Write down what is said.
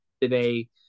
today